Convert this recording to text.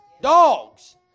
Dogs